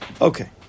okay